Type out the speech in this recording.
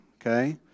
okay